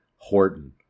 horton